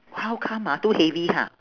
how come ah too heavy ha